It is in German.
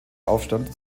aufstand